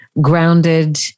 grounded